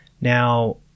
now